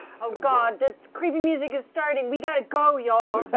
oh god, the creepy music is starting. we gotta go, y'all.